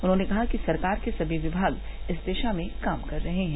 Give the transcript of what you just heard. उन्होंने कहा कि सरकार के सभी विभाग इस दिशा में काम कर रहे हैं